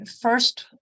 first